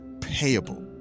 payable